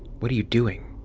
what are you doing!